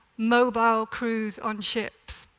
mobile crews on ships.